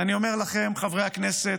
אני אומר לכם, חברי הכנסת,